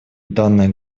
данное